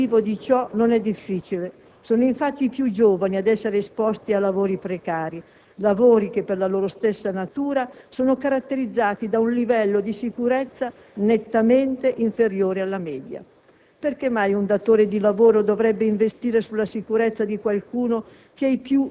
cento degli infortunati ha meno di 35 anni. Trovare il motivo di ciò non è difficile. Sono infatti i più giovani ad essere esposti a lavori precari che, per la loro stessa natura, sono caratterizzati da un livello di sicurezza nettamente inferiore alla media.